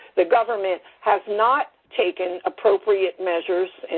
the government has not taken appropriate measures,